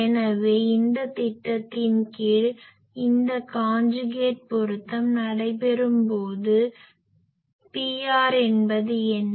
எனவே இந்த திட்டத்தின் கீழ் இந்த காஞ்சுகேட் பொருத்தம் நடைபெறும் போது Pr என்பது என்ன